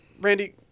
Randy